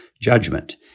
judgment